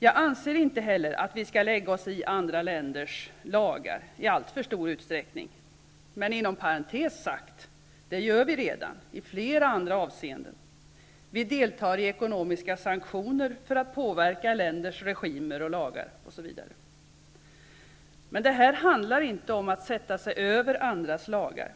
Jag anser inte heller att vi skall lägga oss i andra länders lagar i alltför stor utsträckning. Men det gör vi redan, inom parentes sagt, i flera andra avseenden. Vi deltar i ekonomiska sanktioner för att påverka länders regimer och lagar osv. Det här handlar inte om att sätta sig över andras lagar.